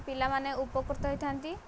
ପିଲାମାନେ ଉପକୃତ ହୋଇଥାନ୍ତି